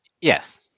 Yes